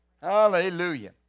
Hallelujah